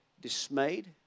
dismayed